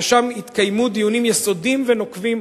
ושם יתקיימו בו דיונים יסודיים ונוקבים,